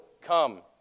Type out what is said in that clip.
come